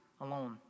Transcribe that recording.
alone